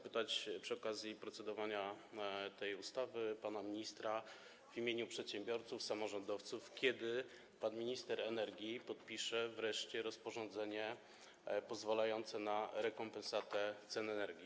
Przy okazji procedowania nad tą ustawą chciałbym zapytać pana ministra w imieniu przedsiębiorców, samorządowców, kiedy pan minister energii podpisze wreszcie rozporządzenie pozwalające na rekompensatę cen energii.